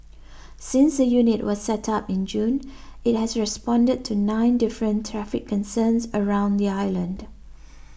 since the unit was set up in June it has responded to nine different traffic concerns around the island